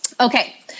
Okay